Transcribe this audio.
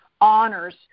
honors